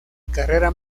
carrera